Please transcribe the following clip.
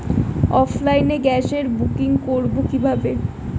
অফলাইনে গ্যাসের বুকিং করব কিভাবে?